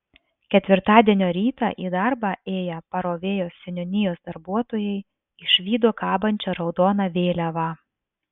ketvirtadienio rytą į darbą ėję parovėjos seniūnijos darbuotojai išvydo kabančią raudoną vėliavą